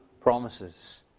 promises